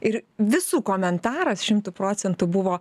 ir visų komentaras šimtu procentų buvo